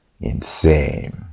insane